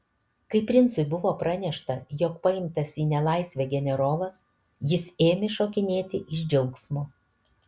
kai princui buvo pranešta jog paimtas į nelaisvę generolas jis ėmė šokinėti iš džiaugsmo